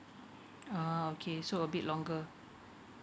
oh okay so a bit longer